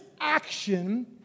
action